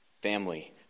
Family